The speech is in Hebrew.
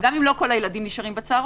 גם אם לא כל הילדים נשארים לצהרון,